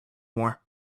more